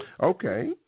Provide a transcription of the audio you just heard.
Okay